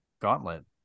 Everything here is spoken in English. gauntlet